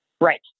Right